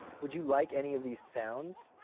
would you like any of these sounds?